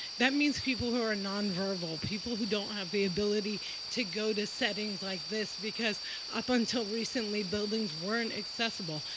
that means people who are non-verbal, people who don't have the ability to go to settings like this, because up until recently, buildings weren't accessible,